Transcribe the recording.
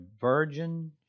virgin